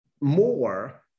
more